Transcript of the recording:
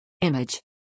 Image